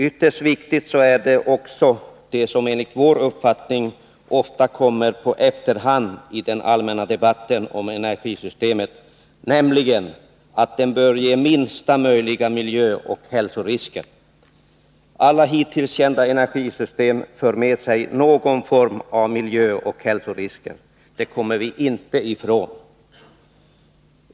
Ytterst viktigt är också det som enligt vår uppfattning ofta kommer på efterkälken i den allmänna debatten om energisystemet, nämligen att den bör ge minsta möjliga miljöoch hälsorisker. Alla hittills kända energisystem för med sig någon form av miljöoch hälsorisker. Det kommer vi inte ifrån.